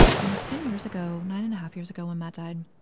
you know, ten years ago, nine and a half years ago when matt died,